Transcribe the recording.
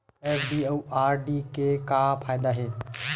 FD अउ RD के का फायदा हे?